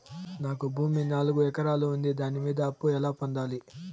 నాకు భూమి నాలుగు ఎకరాలు ఉంది దాని మీద అప్పు ఎలా పొందాలి?